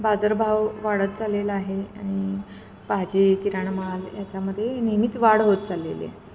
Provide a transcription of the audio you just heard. बाजारभाव वाढत चाललेला आहे आणि भाजी किराणा माल याच्यामध्ये नेहमीच वाढ होत चाललेली आहे